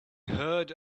heard